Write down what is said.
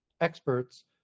experts